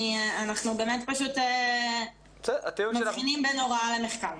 אנחנו פשוט מבחינים בין הוראה למחקר.